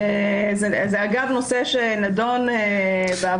אגב, זה נושא שנדון בעבר.